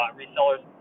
resellers